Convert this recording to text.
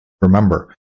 Remember